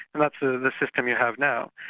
and that's the system you have now.